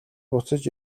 буцаж